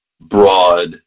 broad